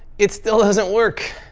it still doesn't work.